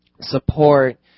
support